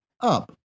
up